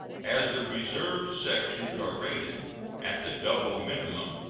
as the reserved sections are rated at the double minimum,